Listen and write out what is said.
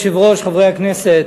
אדוני היושב-ראש, חברי הכנסת,